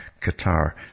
Qatar